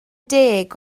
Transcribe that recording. deg